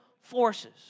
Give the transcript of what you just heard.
forces